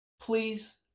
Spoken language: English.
Please